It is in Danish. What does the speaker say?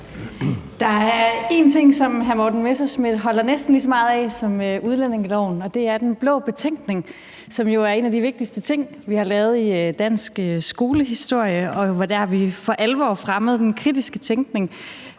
Der er én ting, som hr. Morten Messerschmidt holder næsten lige så meget af som udlændingeloven, og det er Den Blå Betænkning, som jo er en af de vigtigste ting, vi har lavet, i dansk skolehistorie, og som var der, hvor vi for alvor fremmede den kritiske tænkning.